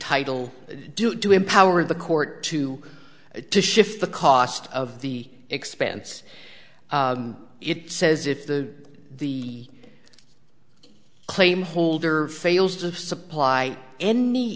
entitle do to empower the court to to shift the cost of the expense it says if the the claim holder fails of supply any